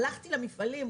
הלכתי למפעלים,